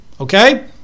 okay